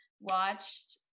watched